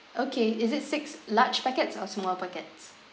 okay is it six large packets or small packets